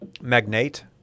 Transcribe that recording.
Magnate